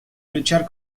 luchar